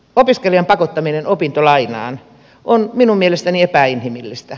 opiskelijan pakottaminen opintolainaan on minun mielestäni epäinhimillistä